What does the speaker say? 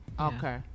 okay